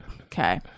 Okay